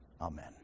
Amen